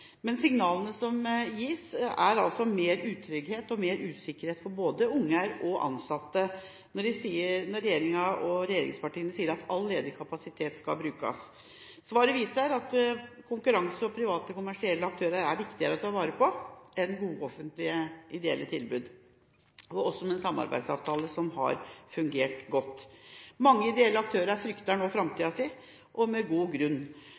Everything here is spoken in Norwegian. Men signalene som gis, er mer utrygghet og mer usikkerhet for både unger og ansatte, når regjeringa og regjeringspartiene sier at all ledig kapasitet skal brukes. Svaret viser at konkurranse og private kommersielle aktører er viktigere å ta vare på enn gode offentlige ideelle tilbud – og med en samarbeidsavtale som har fungert godt. Mange ideelle aktører frykter nå for framtida si, og med god grunn.